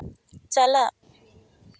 ᱪᱟᱞᱟᱜ